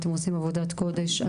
אתם עושים עבודת קודש,